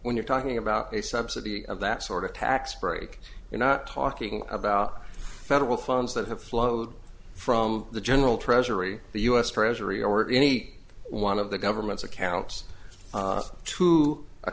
when you're talking about a subsidy of that sort of tax break you're not talking about federal funds that have flowed from the general treasury the u s treasury or any one of the government's accounts to a